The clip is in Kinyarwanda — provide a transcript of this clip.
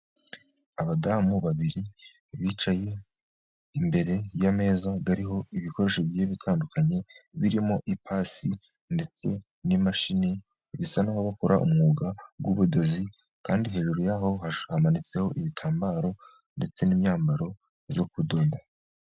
Abadamu babiri bicaye imbere y'ameza ariho ibikoresho bigiye bitandukanye birimo ipasi ndetse n'imashini, bisa n'aho bakora umwuga w'ubudozi, kandi hejuru ya ho hamanitseho ibitambaro ndetse n'imyambaro yo kudoda.